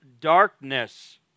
darkness